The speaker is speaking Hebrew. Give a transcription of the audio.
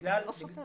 זה לא סותר.